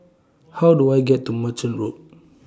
How Do I get to Merchant Road